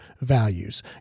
values